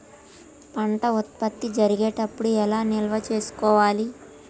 పంట ఉత్పత్తి జరిగేటప్పుడు ఎలా నిల్వ చేసుకోవాలి?